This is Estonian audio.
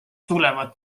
tulevad